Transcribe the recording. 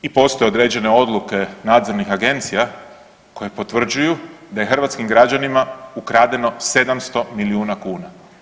Čuli smo i postoje određene odluke nadzornih agencija koje potvrđuju da je hrvatskim građanima ukradeno 700 milijuna kuna.